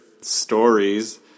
stories